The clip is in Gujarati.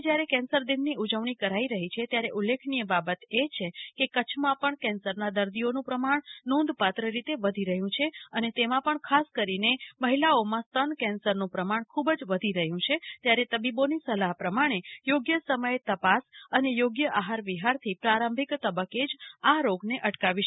આજે જયારે કેન્સર દિનની ઉજવણી કરી રહી છે ત્યારે ઉલ્લેખનીય બાબત એ છે કે કચ્છમાં પણ કેન્સરના દર્દીઓનું પ્રમાણ નોંધપાત્ર રીતે વધી રહ્યું છે અને તેમાં પણ ખાસ કરીને મહિલાઓમાં સ્તન કેન્સરનું પ્રમાણ ખુબજ વધી રહ્યું છે ત્યારે તબીબોની સલાહ પ્રમાણે થોગ્ય સમયે તપાસ અને યોગ્ય આહાર વિહાર થી પ્રારંભિક તબક્કે જ આ રોગ અટકાવી શકાય છે